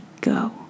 go